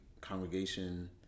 congregation